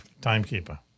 timekeeper